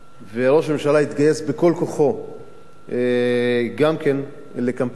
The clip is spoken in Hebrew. וראש הממשלה התגייס בכל כוחו לקמפיין הזה,